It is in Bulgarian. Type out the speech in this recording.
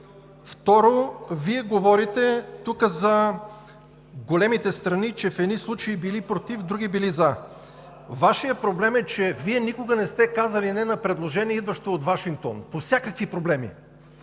Второ, Вие говорите тук за големите страни, че в едни случаи били „против“, в други били „за“. Вашият проблем е, че Вие никога не сте казали „не“ на предложение, идващо от Вашингтон по всякакви проблеми!